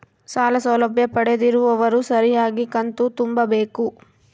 ಸಾಲ ಸೌಲಭ್ಯ ಪಡೆದಿರುವವರು ಸರಿಯಾಗಿ ಕಂತು ತುಂಬಬೇಕು?